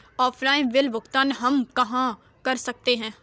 Offline bill भुगतान हम कहां कर सकते हैं?